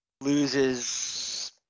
loses